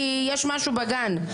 כי יש משהו בגן.